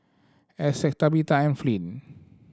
Essex Tabetha and Flint